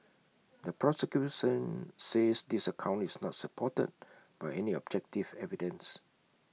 the prosecution says this account is not supported by any objective evidence